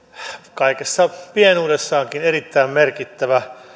kaikessa pienuudessaankin erittäin merkittävä